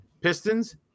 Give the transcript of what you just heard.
pistons